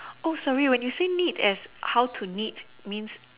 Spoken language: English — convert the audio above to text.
oh sorry when you say meet as how to knit means